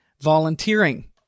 volunteering